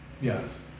Yes